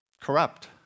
corrupt